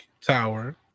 Tower